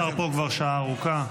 השר פה כבר שעה ארוכה.